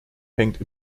hängt